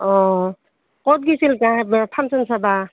অঁ ক'ত গৈছিল বা ফাংচন চাব